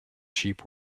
sheep